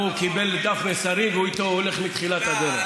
הוא קיבל דף מסרים, ואיתו הוא הולך מתחילת הדרך.